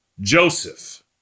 Joseph